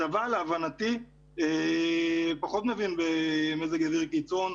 הצבא להבנתי פחות מבין במזג אוויר קיצון,